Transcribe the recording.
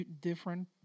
different